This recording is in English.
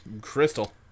Crystal